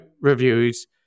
reviews